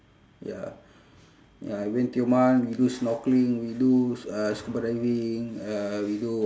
ya ya I went tioman we do snorkeling we do s~ uh scuba diving uh we do